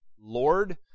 Lord